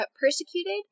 persecuted